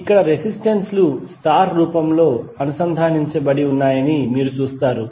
ఇక్కడ రెసిస్టెన్స్ లు స్టార్ రూపంలో అనుసంధానించబడి ఉన్నాయని మీరు చూస్తారు